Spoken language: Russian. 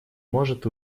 может